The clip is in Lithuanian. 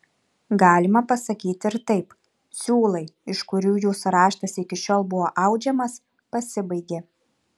galima pasakyti ir taip siūlai iš kurių jūsų raštas iki šiol buvo audžiamas pasibaigė